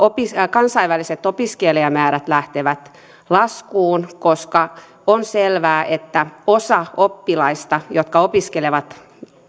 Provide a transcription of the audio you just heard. kansainväliset opiskelijamäärät lähtevät laskuun koska on selvää että osa oppilaista jotka opiskelevat